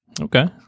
Okay